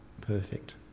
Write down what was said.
perfect